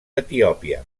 etiòpia